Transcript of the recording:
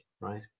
Right